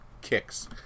kicks